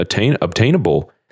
obtainable